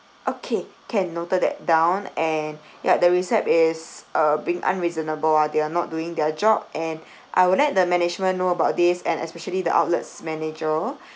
okay can noted that down and ya the recep~ is uh being unreasonable ah they are not doing their job and I will let the management know about this and especially the outlets manager